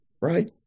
right